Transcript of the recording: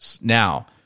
Now